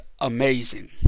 amazing